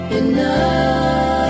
enough